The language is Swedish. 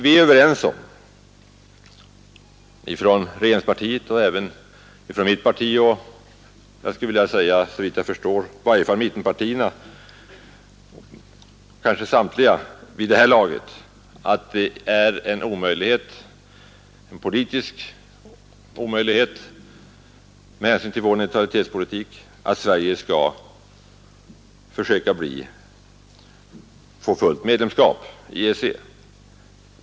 Vi är väl samtliga överens om — detta gäller i varje fall regeringspartiet och mittenpartierna — att det är en politisk omöjlighet med hänsyn till vår neutralitetspolitik att Sverige skall försöka få fullt medlemskap i EEC.